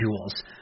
jewels